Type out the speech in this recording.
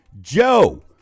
Joe